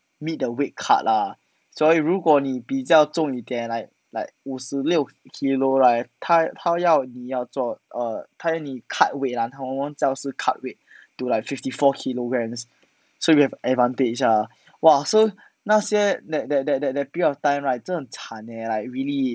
meet the weight cut lah 所以如果你比较重一点 like like 五十六 kilo right 他要你要做 err 他要你 cut weight lah 我们叫是 cut weight to like fifty four kilograms so you have advantage lah !wah! so 那些 that that that that period of time right 真的很惨 leh like really